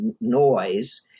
noise